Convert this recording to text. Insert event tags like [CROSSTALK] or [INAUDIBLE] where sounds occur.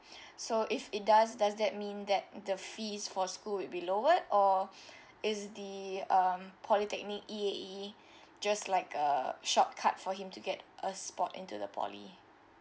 [BREATH] so if it does does that mean that the fees for school it would be lowered or [BREATH] is the um polytechnic E_A_E just like a shortcut for him to get a spot into the poly